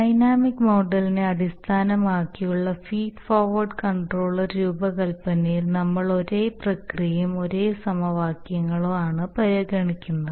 dynamic മോഡലിനെ അടിസ്ഥാനമാക്കിയുള്ള feed forward controller രൂപകൽപ്പനയിൽ നമ്മൾ ഒരേ പ്രക്രിയയും ഒരേ സമവാക്യങ്ങളും ആണ് പരിഗണിക്കുന്നത്